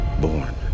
born